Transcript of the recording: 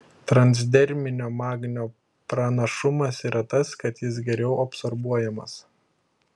transderminio magnio pranašumas yra tas kad jis geriau absorbuojamas